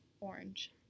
orange